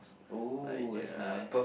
oh that's nice